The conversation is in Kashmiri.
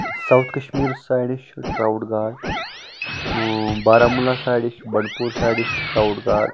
ساوُتھ کَشمیٖر سایڈٕ چھُ ٹراوُٹ گاڈٕ بارامولہ سایڈِ چھِ بَنڈپوٗر سایڈِ چھِ ٹراوُٹ گاڈٕ